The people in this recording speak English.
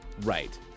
Right